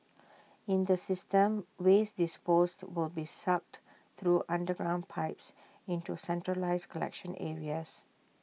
in the system waste disposed will be sucked through underground pipes into centralised collection areas